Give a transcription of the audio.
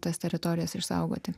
tas teritorijas išsaugoti